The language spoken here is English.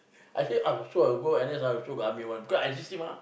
I feel oh sure N_S go army one because N_C_C mah